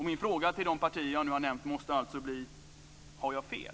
Min fråga till de partier som jag nu har nämnt måste alltså bli: Har jag fel?